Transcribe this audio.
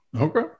Okay